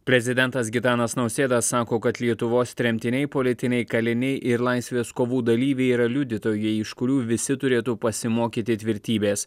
prezidentas gitanas nausėda sako kad lietuvos tremtiniai politiniai kaliniai ir laisvės kovų dalyviai yra liudytojai iš kurių visi turėtų pasimokyti tvirtybės